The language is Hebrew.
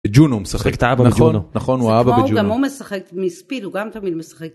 ג'ונו משחקת אבא ג'ונו נכון הוא אבא ג'ונו גם הוא משחק מספיד, הוא גם תמיד משחק